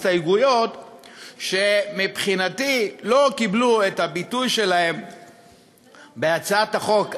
מספר הסתייגויות שמבחינתי לא קיבלו את הביטוי שלהן בהצעת החוק הזו.